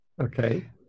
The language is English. Okay